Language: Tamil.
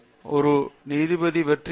ஒரு நீதிபதி வெற்றி பெற்றவர்